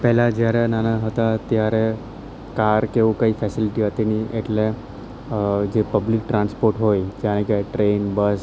પહેલા જ્યારે નાના હતા ત્યારે કાર કે એવું કઈ ફેસીલીટી હતી નહીં એટલે જે પબ્લિક ટ્રાન્સપોર્ટ હોય જાણે કે ટ્રેન બસ